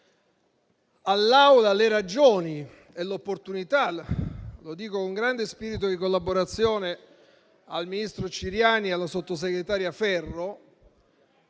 all'Assemblea le ragioni e l'opportunità del testo, lo dico con grande spirito di collaborazione al ministro Ciriani e alla sottosegretaria Ferro.